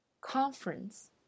conference